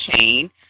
Chain